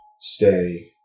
stay